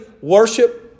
worship